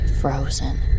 frozen